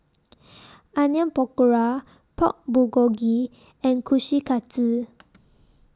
Onion Pakora Pork Bulgogi and Kushikatsu